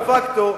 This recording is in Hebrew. דה-פקטו,